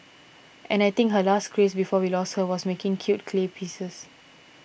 and I think her last craze before we lost her was making cute clay pieces